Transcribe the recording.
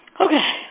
Okay